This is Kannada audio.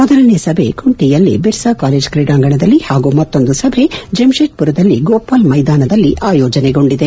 ಮೊದಲನೇ ಸಭೆ ಕುಂಟಿಯಲ್ಲಿ ಬಿರ್ಸಾ ಕಾಲೇಜ್ ಕ್ರೀಡಾಂಗಣದಲ್ಲಿ ಹಾಗೂ ಮತ್ತೊಂದು ಸಭೆ ಜೆಮ್ಷೆಡ್ಮರ್ನಲ್ಲಿ ಗೊಪಾಲ್ ಮೈದಾನದಲ್ಲಿ ಆಯೋಜನೆಗೊಂಡಿದೆ